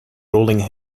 rolling